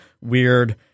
weird –